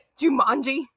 Jumanji